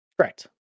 Correct